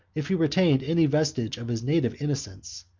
if he retained any vestige of his native innocence,